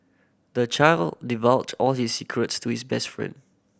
the child divulged all his secrets to his best friend